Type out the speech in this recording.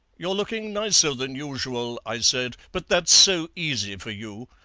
you're looking nicer than usual i said, but that's so easy for you